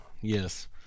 yes